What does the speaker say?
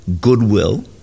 goodwill